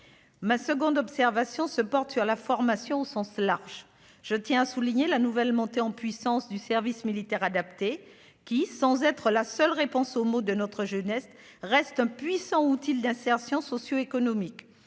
Ma seconde observation a trait à la formation au sens large. Je tiens à souligner la nouvelle montée en puissance du service militaire adapté, lequel, s'il ne saurait constituer la seule réponse aux maux de notre jeunesse, reste un outil puissant d'insertion socio-économique.